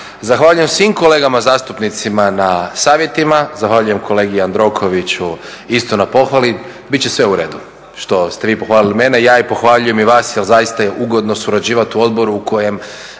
Zahvaljujem svim kolegama zastupnicima na savjetima. Zahvaljujem kolegi Jandrokoviću isto na pohvali, bit će sve u redu što ste vi pohvalili mene. Ja pohvaljujem i vas jer zaista je ugodno surađivati u odboru u kojem